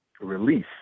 release